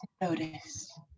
notice